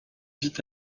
vite